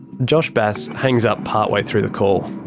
josh bass hangs up part way through the call.